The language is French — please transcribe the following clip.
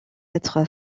être